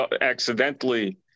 accidentally